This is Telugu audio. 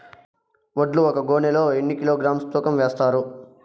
వడ్లు ఒక గోనె లో ఎన్ని కిలోగ్రామ్స్ తూకం వేస్తారు?